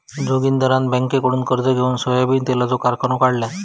जोगिंदरान बँककडुन कर्ज घेउन सोयाबीन तेलाचो कारखानो काढल्यान